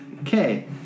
Okay